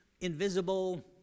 invisible